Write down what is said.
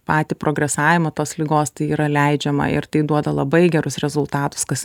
patį progresavimą tos ligos tai yra leidžiama ir tai duoda labai gerus rezultatus kas